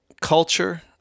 culture